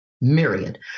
myriad